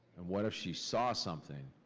and what if she saw something